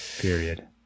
Period